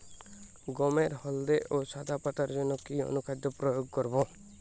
গমের হলদে ও সাদা পাতার জন্য কি অনুখাদ্য প্রয়োগ করব?